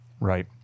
Right